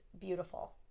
beautiful